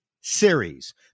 series